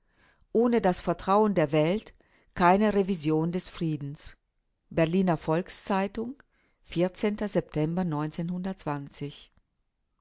ohne das vertrauen der welt keine revision des friedens berliner volks-zeitung september